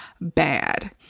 bad